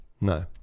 No